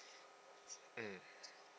mm